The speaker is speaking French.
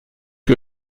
que